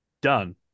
done